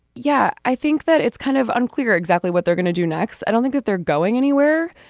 yeah i think that it's kind of unclear exactly what they're going to do next i don't think that they're going anywhere.